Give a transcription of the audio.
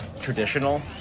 traditional